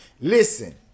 Listen